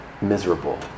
miserable